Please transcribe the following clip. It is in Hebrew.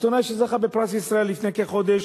עיתונאי שזכה בפרס ישראל לפני כחודש,